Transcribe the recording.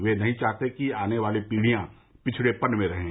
वे नहीं चाहते कि आने वाली पीढ़ियां पिछड़ेपन में रहें